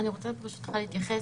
אני רוצה ברשותך להתייחס.